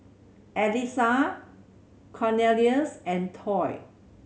Alissa Cornelious and Toy